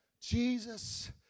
Jesus